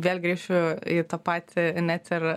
vėl grįšiu į tą patį net ir